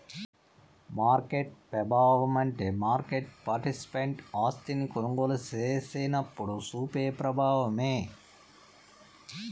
market పెబావమంటే market participant ఆస్తిని కొనుగోలు సేసినప్పుడు సూపే ప్రబావమే